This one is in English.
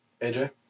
AJ